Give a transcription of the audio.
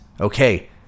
okay